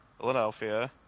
Philadelphia